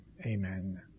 Amen